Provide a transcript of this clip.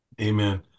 Amen